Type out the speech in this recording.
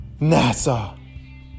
NASA